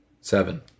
Seven